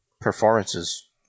performances